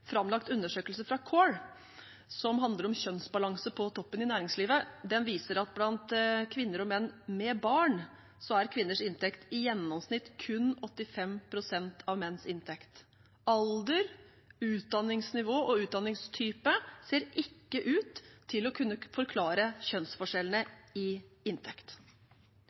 framlagt undersøkelse fra CORE som handler om kjønnsbalanse på toppen i næringslivet, viser at blant kvinner og menn med barn er kvinners inntekt i gjennomsnitt kun 85 pst. av menns inntekt. Alder, utdanningsnivå og utdanningstype ser ikke ut til å kunne forklare kjønnsforskjellene i inntekt.